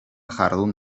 jardun